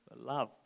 love